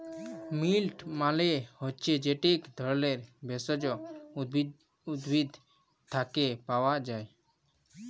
মিল্ট মালে হছে যেট ইক ধরলের ভেষজ উদ্ভিদ থ্যাকে পাওয়া যায়